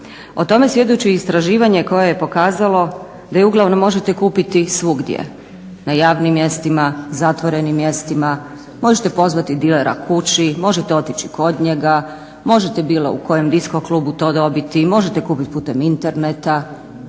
O tome svjedoči i istraživanje koje je pokazalo da je uglavnom možete kupiti svugdje. Na javnim mjestima, zatvorenim mjestima, možete pozvati dilera kući, možete otići kod njega, možete bilo u kojem disko klubu to dobiti, možete kupiti putem interneta.